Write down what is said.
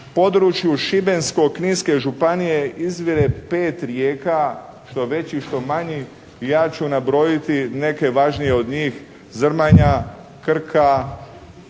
području Šibensko-kninske županije izvire pet rijeka što većih, što manjih, ja ću nabrojiti neke važnije od njih: Zrmanja, Krka,